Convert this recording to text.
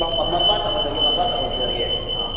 ꯃꯄꯥ ꯇꯧꯍꯜꯂꯒꯦ ꯃꯄꯥ ꯇꯧꯍꯟꯖꯔꯒꯦ ꯑꯥ